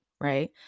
right